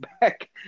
back